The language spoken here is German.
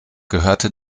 gehörte